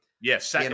Yes